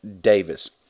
Davis